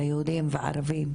היהודים וערבים,